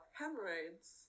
hemorrhoids